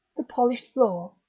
the polished floor,